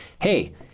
hey